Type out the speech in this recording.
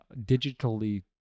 digitally